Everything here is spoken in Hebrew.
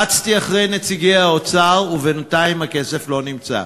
רצתי אחרי נציגי האוצר, ובינתיים הכסף לא נמצא.